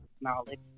knowledge